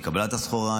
מקבלת הסחורה,